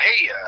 Hey